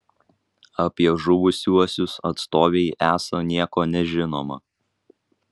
apie žuvusiuosius atstovei esą nieko nežinoma